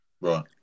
Right